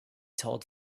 told